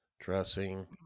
Dressing